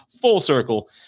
full-circle